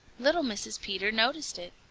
little mrs. peter noticed it.